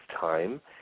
time